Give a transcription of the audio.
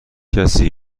کسی